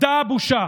אבדה הבושה.